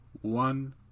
one